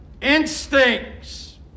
instincts